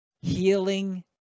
healing